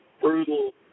brutal